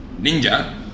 Ninja